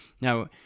Now